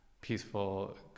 peaceful